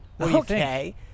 okay